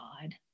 God